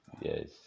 Yes